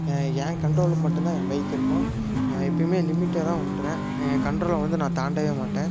என் கண்ட்ரோலுக்கு மட்டுந்தான் என் பைக்கு இருக்கும் நான் எப்போமே லிமிட்டாகதான் ஓட்டுவேன் என் கண்ட்ரோலை வந்து நான் தாண்டவே மாட்டேன்